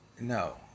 no